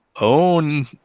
own